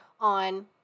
on